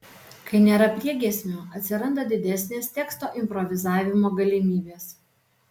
kai nėra priegiesmio atsiranda didesnės teksto improvizavimo galimybės